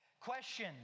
Question